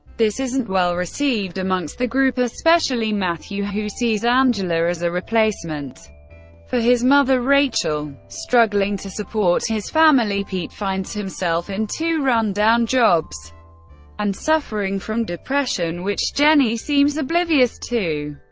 this isn't well received amongst the group, especially matthew who sees angela as a replacement for his mother rachel. struggling to support his family, pete finds himself in two run down jobs and suffering from depression, which jenny seems oblivious too.